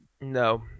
No